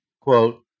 quote